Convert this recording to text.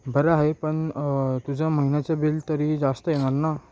बरं आहे पण तुझं महिन्याचं बिल तरी जास्त येणार ना